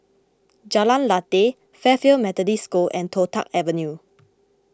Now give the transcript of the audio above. Jalan Lateh Fairfield Methodist School and Toh Tuck Avenue